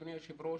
אדוני היושב-ראש,